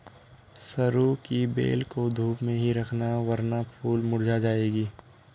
सरू की बेल को धूप में ही रखना वरना फूल मुरझा जाएगी